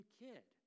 kid